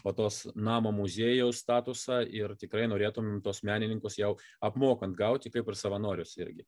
va tos namo muziejaus statusą ir tikrai norėtumėm tuos menininkus jau apmokant gauti kaip ir savanorius irgi